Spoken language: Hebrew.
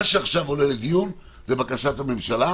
מה שעכשיו עולה לדיון זו בקשת הממשלה